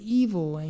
evil